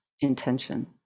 intention